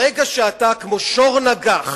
ברגע שאתה כמו שור נגח,